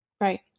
Right